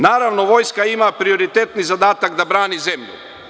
Naravno, vojska ima prioritetni zadatak da brani zemlju.